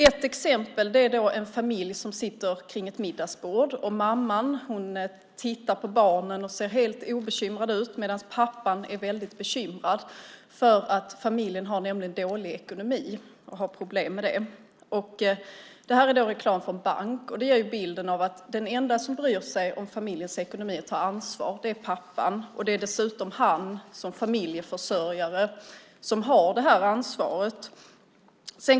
Ett exempel är bilden på en familj som sitter kring ett middagsbord. Mamman tittar på barnen och ser helt obekymrad ut, medan pappan är väldigt bekymrad för att familjen har dålig ekonomi och har problem med det. Det här är reklam för en bank. Det ger bilden av att den enda som bryr sig om familjens ekonomi och tar ansvar är pappan. Det är dessutom han som är familjeförsörjare och har alltså det ansvaret.